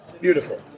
Beautiful